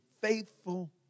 faithful